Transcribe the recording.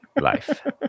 life